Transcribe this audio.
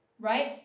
right